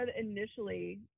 initially